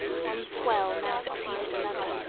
one swell now succeeded another,